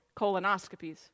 colonoscopies